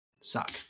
suck